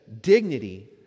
dignity